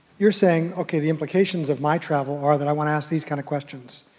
you're saying, okay the implications of my travel are that i wanna ask these kind of questions.